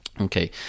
Okay